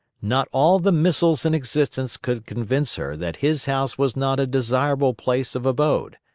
not all the missiles in existence could convince her that his house was not a desirable place of abode.